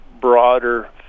broader